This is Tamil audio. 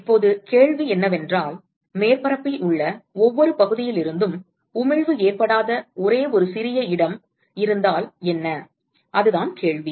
இப்போது கேள்வி என்னவென்றால் மேற்பரப்பில் உள்ள ஒவ்வொரு பகுதியிலிருந்தும் உமிழ்வு ஏற்படாத ஒரே ஒரு சிறிய இடம் இருந்தால் என்ன அதுதான் கேள்வி